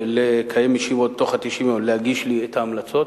לקיים ישיבות תוך 90 יום, להגיש לי את ההמלצות